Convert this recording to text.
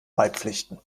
beipflichten